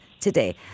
today